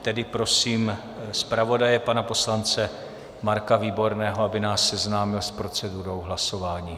Tedy prosím zpravodaje, pana poslance Marka Výborného, aby nás seznámil s procedurou hlasování.